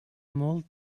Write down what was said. molt